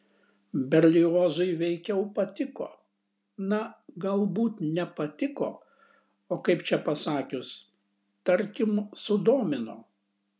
berliozui veikiau patiko na galbūt ne patiko o kaip čia pasakius tarkim sudomino